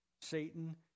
Satan